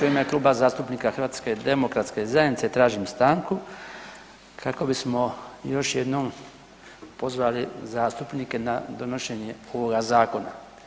U ime Kluba zastupnika HDZ-a tražim stanku kako bismo još jednom pozvali zastupnike na donošenje ovoga zakona.